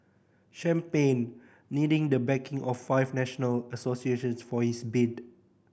champagne needing the backing of five national associations for his bid